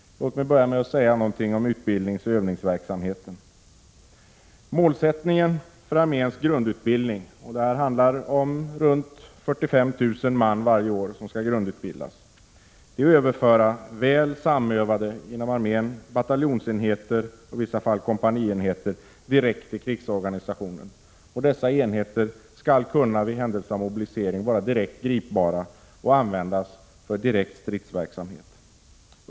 Låt mig börja med utbildningsoch övningsverksamheten. Det är ungefär 45 000 man som varje år grundutbildas. Målsättningen för arméns grundutbildning är att överföra väl samövade bataljonsenheter och i vissa fall kompanienheter direkt till krigsorganisationen. Dessa enheter skall i händelse av mobilisering kunna vara gripbara och kunna användas för direkt stridsverksamhet.